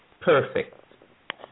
perfect